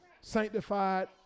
sanctified